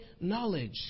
knowledge